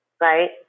right